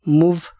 move